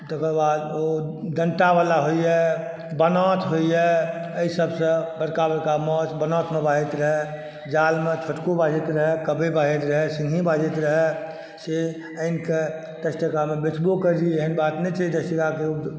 तकर बाद ओ डंटा वाला होइया बनाथ होइया एहि सबसँ बड़का बड़का माछ बनाथ मे बाझैत रहय जाल मे छोटको बाझैत रहै कबै बाझैत रहै सिंघही बाझैत रहै से आनि कऽ दस टाका मे बेचबो करी एहेन बात नहि छै दस टाका के